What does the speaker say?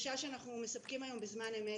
מהנגשה שאנחנו מספקים היום בזמן אמת.